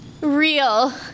real